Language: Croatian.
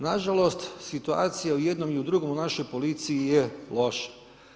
Na žalost, situacija u jednom i u drugom našoj policiji je loša.